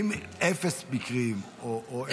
אם אפס מקרים או מקרה אחד,